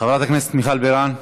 חברת הכנסת מיכל בירן,